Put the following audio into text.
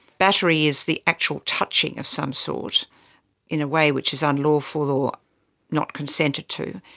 battery is the actual touching of some sort in a way which is unlawful or not consented to.